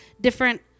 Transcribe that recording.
different